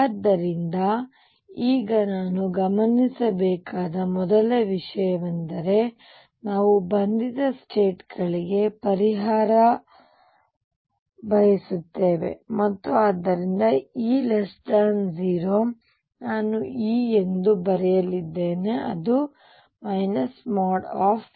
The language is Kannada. ಆದ್ದರಿಂದ ಈಗ ನಾವು ಗಮನಿಸಬೇಕಾದ ಮೊದಲ ವಿಷಯವೆಂದರೆ ನಾವು ಬಂಧಿತ ಸ್ಟೇಟ್ಗಳಿಗೆ ಪರಿಹರಿಸಲು ಬಯಸುತ್ತೇವೆ ಮತ್ತು ಆದ್ದರಿಂದ E0 ನಾನು E ಎಂದು ಬರೆಯಲಿದ್ದೇನೆ | E |